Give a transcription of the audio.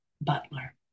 butler